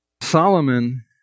Solomon